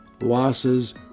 losses